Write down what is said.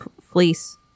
fleece